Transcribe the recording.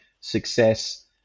success